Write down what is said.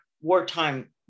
wartime